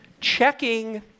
checking